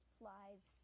flies